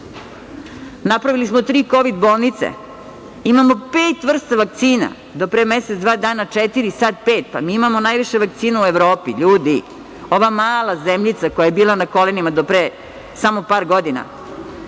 Napravili smo tri Kovid bolnice. Imamo pet vrsta vakcina. Do pre mesec, dva dana četiri, sad pet. Pa mi imamo najviše vakcina u Evropi. Ljudi, ova mala zemljica koja je bila na kolenima do pre samo par godina